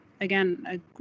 again